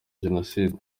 jenoside